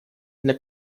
для